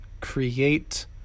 create